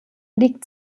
liegt